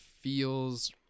feels